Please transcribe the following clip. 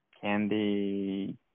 candy